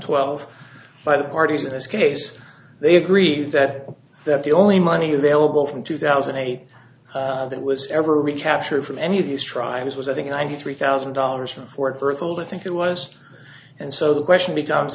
twelve by the parties in this case they agreed that that the only money available from two thousand and eight that was ever recaptured from any of these tribes was i think ninety three thousand dollars from fort berthold i think it was and so the question becomes